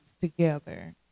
together